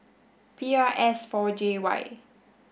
P R S four J Y